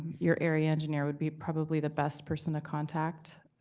your area engineer would be probably the best person to contact.